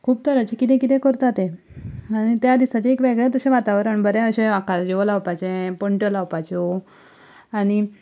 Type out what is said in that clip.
खूब तरांचें कितें कितें करता तें आनी त्या दिसा एक वेगळेंच अशें वातावरण बरें अशें आकाशदिवो लावपाचें पणट्यो लावपाच्यो आनी